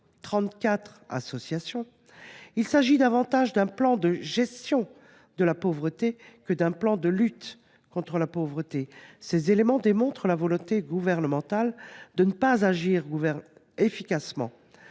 associations, il s’agit plus d’un plan de gestion de la pauvreté que d’un plan de lutte contre la pauvreté. Ces éléments démontrent la volonté gouvernementale de ne pas agir efficacement